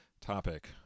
topic